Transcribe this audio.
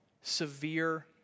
severe